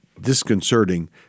disconcerting